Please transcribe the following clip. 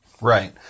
Right